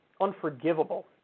unforgivable